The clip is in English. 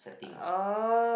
setting